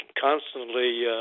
constantly